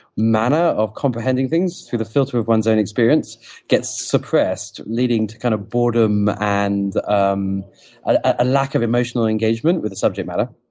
manner of comprehending things through the filter of one's own experience gets suppressed leading to kind of boredom and um a lack of emotional engagement with the subject matter.